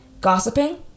gossiping